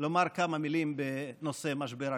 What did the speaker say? לומר כמה מילים בנושא משבר הקורונה.